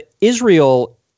Israel